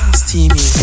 steamy